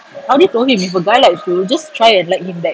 I already told him if a guy likes you just try and like him back